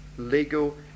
legal